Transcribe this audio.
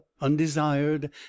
undesired